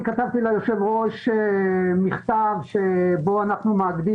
כתבתי ליושב-ראש מכתב שבו אנחנו מאגדים